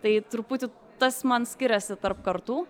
tai truputį tas man skiriasi tarp kartų